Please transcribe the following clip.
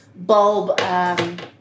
bulb